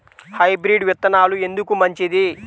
Hybrid విత్తనాలు ఎందుకు మంచిది?